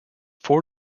four